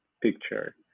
picture